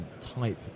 type